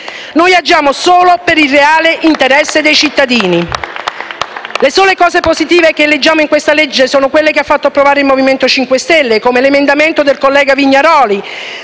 Noi agiamo solo per il reale interesse dei cittadini. *(Applausi dal Gruppo M5S)*. Le sole cose positive che leggiamo in questa legge sono quelle che ha fatto approvare il Movimento 5 Stelle, come l'emendamento del collega Vignaroli,